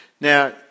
Now